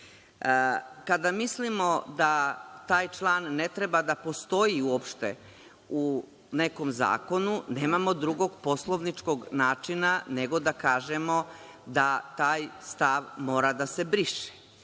mislimo da taj član ne treba da postoji uopšte u nekom zakonu, nemamo drugog poslovničkog načina nego da kažemo da taj stav mora da se briše